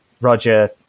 Roger